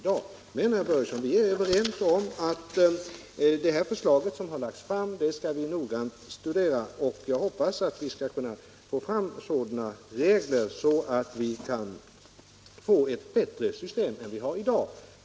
Och, herr Börjesson, det förslag som har lagts fram skall vi noggrant — Nr 71 studera. Jag hoppas att vi skall få fram regler som ger oss ett bättre Tisdagen den system än det vi har i dag.